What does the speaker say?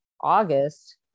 August